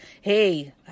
Hey